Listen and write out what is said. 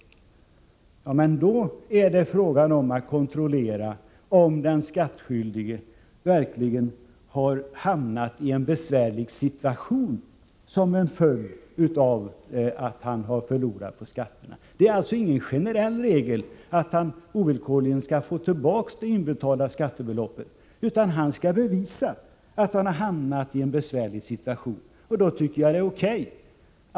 Ja, men då är det fråga om att kontrollera om den skattskyldige verkligen har hamnat i en besvärlig situation som en föl jd avatt han har gjort en skatteförlust. Det är alltså ingen generell regel att han ovillkorligen skall få tillbaks det inbetalade skattebeloppet, utan han måste först bevisa att han har hamnat i en besvärlig situation. Jag tycker att det är O.K.